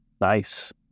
Nice